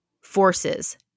forces